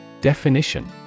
Definition